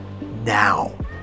now